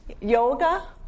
yoga